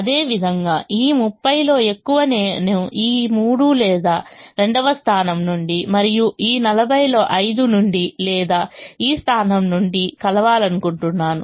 అదేవిధంగా ఈ 30 లో ఎక్కువ నేను ఈ 3 లేదా రెండవ స్థానం నుండి మరియు ఈ 40 లో 5 నుండి లేదా ఈ స్థానం నుండి కలవాలనుకుంటున్నాను